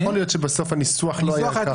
יכול להיות שבסוף הניסוח לא היה ככה.